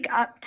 up